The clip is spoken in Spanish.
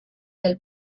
del